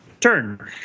Turn